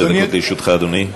עשר דקות לרשותך, אדוני.